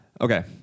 Okay